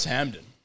Hamden